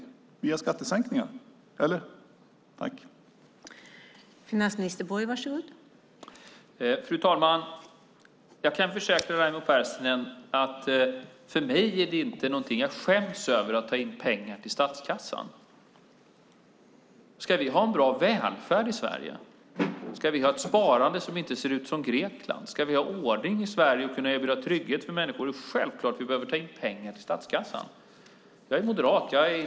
Är det via skattesänkningar, eller?